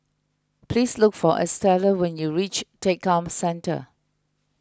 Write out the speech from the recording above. please look for Estella when you reach Tekka Centre